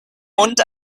mund